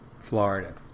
Florida